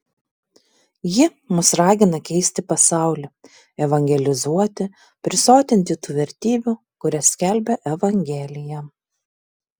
ji mus ragina keisti pasaulį evangelizuoti prisotinti tų vertybių kurias skelbia evangelija